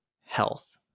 health